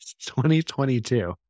2022